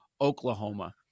Oklahoma